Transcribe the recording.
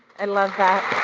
and love that.